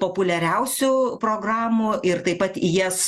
populiariausių programų ir taip pat į jas